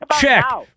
Check